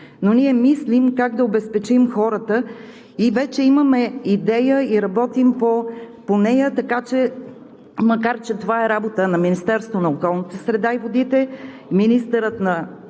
но ние мислим как да обезпечим хората и вече имаме идея и работим по нея, макар че това е работа на Министерството на околната среда и водите. Министърът на